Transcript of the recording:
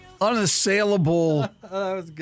unassailable